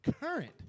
current